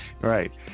right